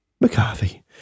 McCarthy